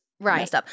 Right